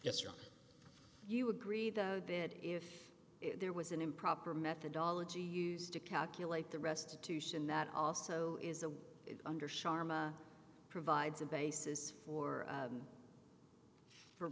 yesterday you agree though that if there was an improper methodology used to calculate the restitution that also is a under sharma provides a basis for